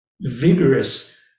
vigorous